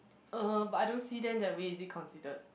uh but I don't see them that way is it considered